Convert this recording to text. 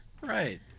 Right